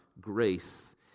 grace